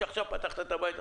מתביישים.